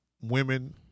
women